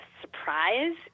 surprise